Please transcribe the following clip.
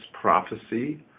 prophecy